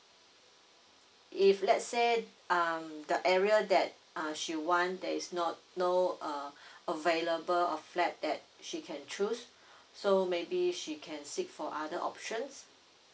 if let's say um the area that uh she want there is not no uh available of flat that she can choose so maybe she can seek for other options